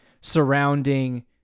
surrounding